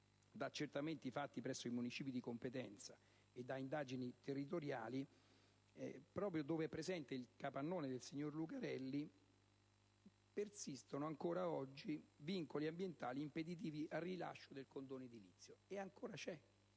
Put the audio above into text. da accertamenti fatti presso i municipi di competenza e da indagini territoriali, che, proprio dove è presente il capannone del signor Lucarelli, persistono ancora oggi vincoli ambientali impeditivi al rilascio del condono edilizio. E questa